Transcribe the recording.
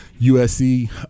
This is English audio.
USC